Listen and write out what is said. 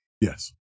Yes